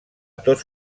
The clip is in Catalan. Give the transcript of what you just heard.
tots